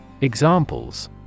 Examples